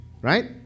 Right